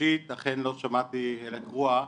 אישית אכן לא שמעתי הלך רוח,